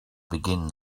begin